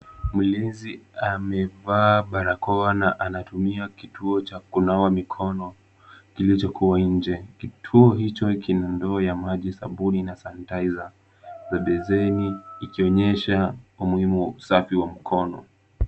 Mlinzi amevaa barakoa na anatumia kituo cha kunawa mikono kilichokuwa nje, kituo hicho kina ndoo ya maji, sabuni na sanitizer na beseni ikionyesha umuhimu wa usafi wa mkono.